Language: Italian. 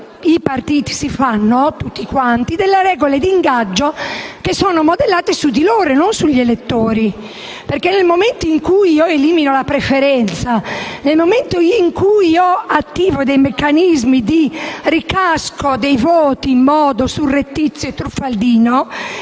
i partiti, tutti i partiti, formulano regole d'ingaggio che sono modellate su di loro e non sugli elettori, perché nel momento in cui viene eliminata la preferenza, nel momento in cui vengono attivati meccanismi di ricasco dei voti in modo surrettizio e truffaldino,